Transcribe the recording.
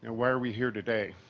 ah why are we here today?